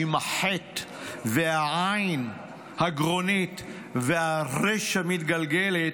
עם החי"ת והעי"ן הגרוניות והרי"ש המתגלגלת,